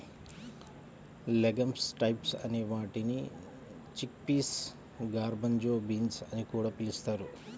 legumes types అనే వాటిని chickpeas, garbanzo beans అని కూడా పిలుస్తారు